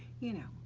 you know.